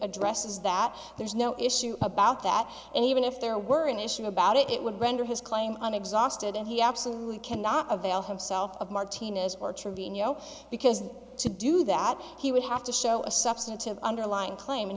addresses that there's no issue about that and even if there weren't issue about it it would render his claim on exhausted and he absolutely cannot avail himself of martina's or trevino because to do that he would have to show a substantive underlying claim